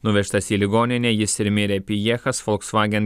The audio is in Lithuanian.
nuvežtas į ligoninę jis ir mirė pijechas volkswagen